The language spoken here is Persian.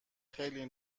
خیلی